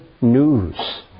news